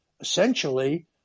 essentially